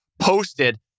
posted